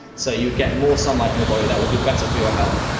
so you would get more sunlight on your body, that would be better for your health.